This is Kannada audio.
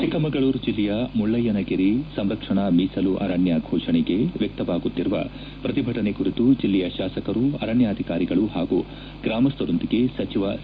ಚಿಕ್ಕಮಗಳೂರು ಜಲ್ಲೆಯ ಮುಳ್ಳಯ್ದನಗಿರಿ ಸಂರಕ್ಷಣಾ ಮೀಸಲು ಅರಣ್ಯ ಘೋಷಣೆಗೆ ವ್ಯಕ್ತವಾಗುತ್ತಿರುವ ಪ್ರತಿಭಟನೆ ಕುರಿತು ಜಿಲ್ಲೆಯ ಶಾಸಕರು ಅರಣ್ಯಾಧಿಕಾರಿಗಳು ಹಾಗೂ ಗ್ರಾಮಸ್ಥರೊಂದಿಗೆ ಸಚಿವ ಸಿ